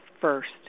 first